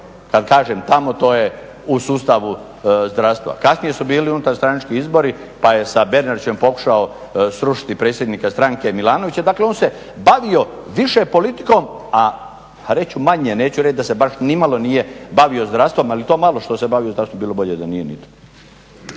Kad kažem tamo to je u sustavu zdravstva. Kasnije su bili unutarstranački izbori pa je sa Bernardićem pokušao srušiti predsjednika stranke Milanovića. Dakle, on se bavio više politikom, a reći ću manje, neću reći da se baš ni malo nije bavio zdravstvom, ali to malo što se bavio zdravstvom bilo bi bolje da nije ni to.